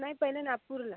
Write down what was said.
नाही पहिले नागपूरला